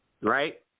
right